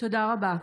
תודה רבה.